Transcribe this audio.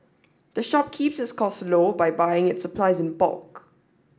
the shop keeps its costs low by buying its supplies in bulk